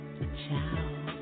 Ciao